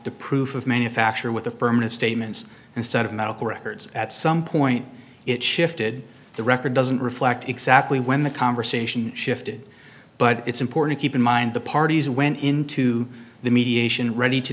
the proof of manufacture with affirmative statements instead of medical records at some point it shifted the record doesn't reflect exactly when the conversation shifted but it's important keep in mind the parties went into the mediation ready to